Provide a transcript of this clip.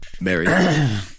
Mary